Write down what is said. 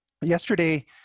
Yesterday